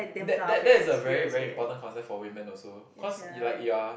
that that that is a very very important concept for women also cause you like you are